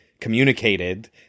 communicated